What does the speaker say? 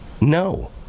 No